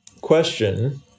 question